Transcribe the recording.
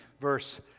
verse